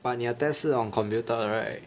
but 你的 test 是 on computer 的 right